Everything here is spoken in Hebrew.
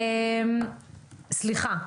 סליחה.